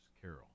Carol